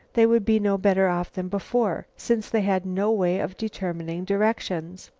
they would be no better off than before, since they had no way of determining directions.